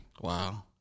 Wow